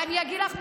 ואני אגיד לך משהו,